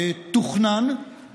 הצבענו על פיזור הכנסת.